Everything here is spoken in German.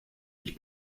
ich